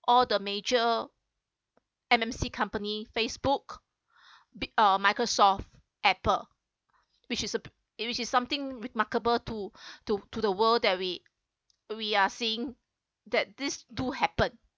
all the major M_N_C company Facebook be uh Microsoft Apple which is a which is something remarkable to to to the world that we we are seeing that this do happen